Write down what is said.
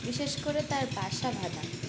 বিশেষ করে তার বাসা বাঁধা